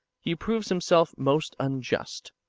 he proves himself most unjust,